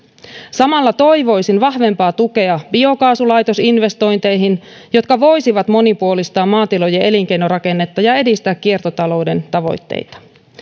samalla toivoisin vahvempaa tukea biokaasulaitosinvestointeihin jotka voisivat monipuolistaa maatilojen elinkeinorakennetta ja edistää kiertotalouden tavoitteita